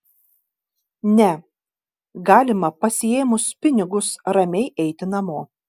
ne galima pasiėmus pinigus ramiai eiti namo